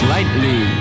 Lightly